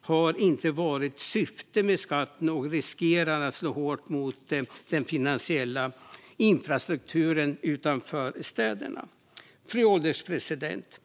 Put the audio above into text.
har inte varit syftet med skatten och riskerar att slå hårt mot den finansiella infrastrukturen utanför städerna. Fru ålderspresident!